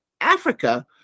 Africa